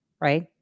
right